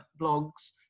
blogs